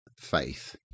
faith